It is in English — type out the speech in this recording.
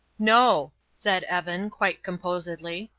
no, said evan, quite composedly,